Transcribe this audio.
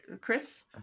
Chris